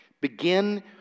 Begin